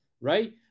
right